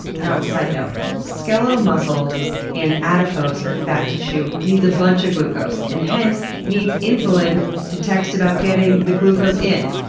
a sidenote, skeletal muscles and adipose, or fat tissue, needs a bunch of glucose, and hence needs insulin to text about getting the glucose in.